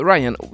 Ryan